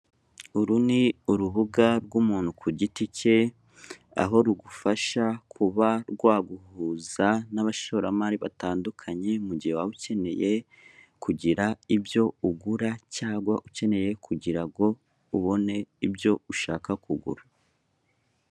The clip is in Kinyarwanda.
Uru ni urubuga rw'umuntu ku giti cye, aho rugufasha kuba rwaguhuza n'abashoramari batandukanye, mu gihe waba ukeneye kugira ibyo ugura cyangwa ukeneye kugirango ubone ibyo ushaka kugura.